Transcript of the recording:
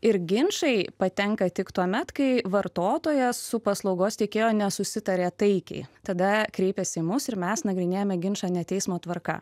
ir ginčai patenka tik tuomet kai vartotojas su paslaugos tiekėju nesusitaria taikiai tada kreipiasi į mus ir mes nagrinėjame ginčą ne teismo tvarka